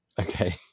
okay